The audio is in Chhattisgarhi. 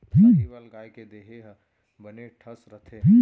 साहीवाल गाय के देहे ह बने ठस रथे